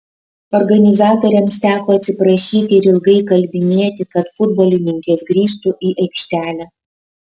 organizatoriams teko atsiprašyti ir ilgai įkalbinėti kad futbolininkės grįžtų į aikštelę